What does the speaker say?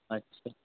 अच्छा